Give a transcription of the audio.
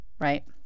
right